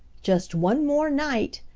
just one more night,